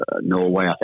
Norway